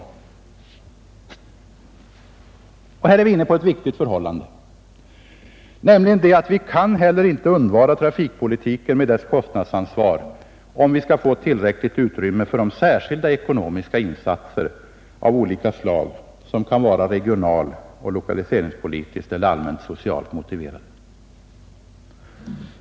Vi är härvidlag inne på ett viktigt förhållande, nämligen att vi inte heller kan undvara trafikpolitiken med dess kostnadsansvar, om vi skall få ett tillräckligt utrymme för de särskilda ekonomiska insatser av olika slag, som kan vara regionaloch lokaliseringspolitiskt eller allmänt socialt motiverade.